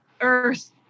earth